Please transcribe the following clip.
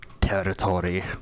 Territory